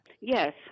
Yes